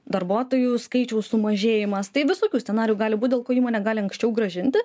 darbuotojų skaičiaus sumažėjimas tai visokių scenarijų gali būt dėl ko įmonė gali anksčiau grąžinti